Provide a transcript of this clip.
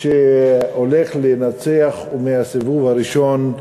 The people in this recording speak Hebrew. שהולך לנצח, ומהסיבוב הראשון,